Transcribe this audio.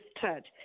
touch